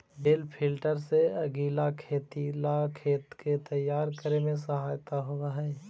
बेल lifter से अगीला खेती ला खेत के तैयार करे में सहायता होवऽ हई